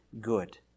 good